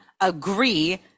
agree